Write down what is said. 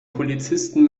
polizisten